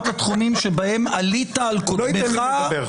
התחומים שבהם עלית על קודמך עשרות מונים.